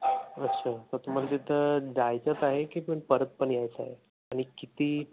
अच्छा तुम्हाला तिथं जायचंच आहे की पण परत पण यायचं आहे आणि किती